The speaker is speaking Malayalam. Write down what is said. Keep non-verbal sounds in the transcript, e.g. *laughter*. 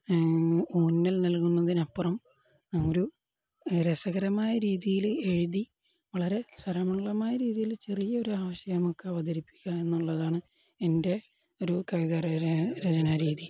ഊന്നൽ നൽകുന്നതിനപ്പുറം ഒരു രസകരമായ രീതിയില് എഴുതി വളരെ *unintelligible* രീതിയില് ചെറിയൊരാശയം നമുക്ക് അവതരിപ്പിക്കുക എന്നുള്ളതാണ് എൻ്റെ ഒരു കവിതാ രചനാരീതി